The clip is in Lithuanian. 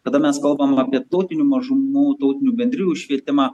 kada mes kalbam apie tautinių mažumų tautinių bendrijų švietimą